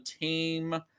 team